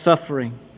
suffering